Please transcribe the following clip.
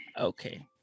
Okay